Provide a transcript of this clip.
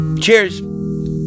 Cheers